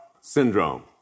syndrome